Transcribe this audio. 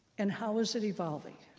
and how is it evolving?